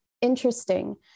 interesting